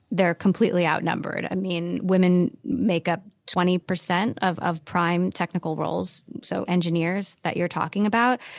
they're completely outnumbered. i mean, women make up twenty percent of of prime technical roles, so engineers that you're talking about.